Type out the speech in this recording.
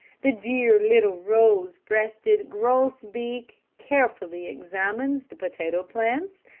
the dear little rose-breasted gross-beak carefully examines the potato plants,